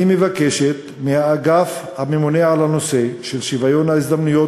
אני מבקשת מהאגף הממונה על הנושא של שוויון ההזדמנויות